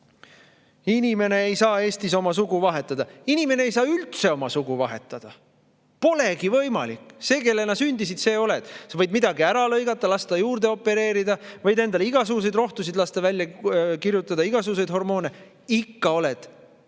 Inimene ei saa Eestis oma sugu vahetada? Inimene ei saa üldse oma sugu vahetada! Polegi võimalik! See, kellena sa sündisid, see oled. Sa võid midagi ära lõigata, lasta juurde opereerida, võid endale igasuguseid rohtusid lasta välja kirjutada, igasuguseid hormoone, ikka oled samast